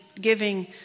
giving